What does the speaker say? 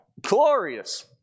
Glorious